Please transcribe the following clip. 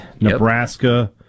Nebraska